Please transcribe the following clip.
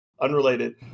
unrelated